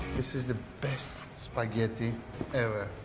this is the best spaghetti ever.